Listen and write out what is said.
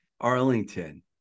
arlington